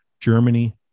germany